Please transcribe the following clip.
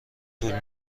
طول